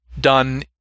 done